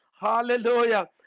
Hallelujah